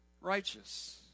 righteous